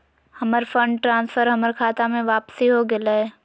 हमर fund transfer हमर खता में वापसी हो गेलय